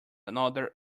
another